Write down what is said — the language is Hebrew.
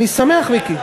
אני שמח, מיקי.